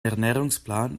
ernährungsplan